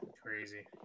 Crazy